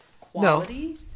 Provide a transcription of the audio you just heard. quality